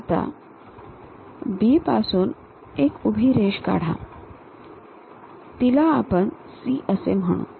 आता B पासून एक उभी रेष काढा तिला आपण C असे म्हणू